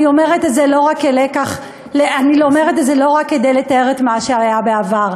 אני אומרת את זה לא רק כדי לתאר את מה שהיה בעבר,